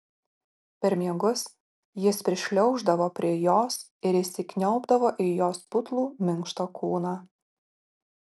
per miegus jis prišliauždavo prie jos ir įsikniaubdavo į jos putlų minkštą kūną